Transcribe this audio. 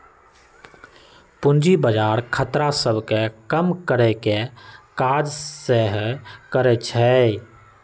पूजी बजार खतरा सभ के कम करेकेँ काज सेहो करइ छइ